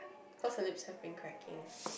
cause her lips happens cracking